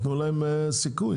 תנו להם סיכוי,